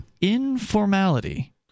Informality